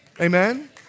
Amen